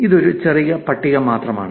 ഇത് ഒരു ചെറിയ പട്ടിക മാത്രമാണ്